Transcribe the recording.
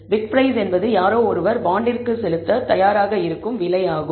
bit price என்பது யாரோ ஒருவர் பாண்டிற்க்கு செலுத்த தயாராக இருக்கும் விலை ஆகும்